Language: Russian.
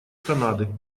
канады